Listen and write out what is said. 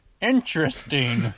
interesting